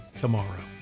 tomorrow